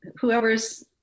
whoever's